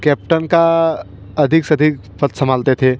captain का अधिक से अधिक पद संभालते थे